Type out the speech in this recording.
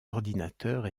ordinateurs